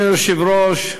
אדוני היושב-ראש,